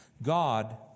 God